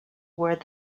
were